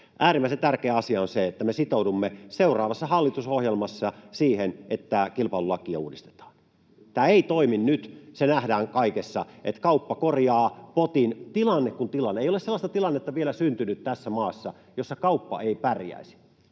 äärimmäisen tärkeä asia on se, että me sitoudumme seuraavassa hallitusohjelmassa siihen, että kilpailulakia uudistetaan. Tämä ei toimi nyt. Se nähdään kaikessa, että kauppa korjaa potin tilanteessa kuin tilanteessa. Ei ole tässä maassa vielä syntynyt sellaista tilannetta, jossa kauppa ei pärjäisi.